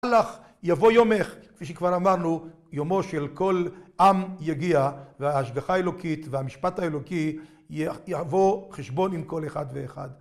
יבוא יומך, כפי שכבר אמרנו, יומו של כל עם יגיע, והשבחה אלוקית והמשפט האלוקי יבוא חשבון עם כל אחד ואחד.